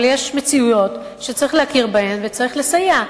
אבל יש מציאויות שצריך להכיר בהן וצריך לסייע.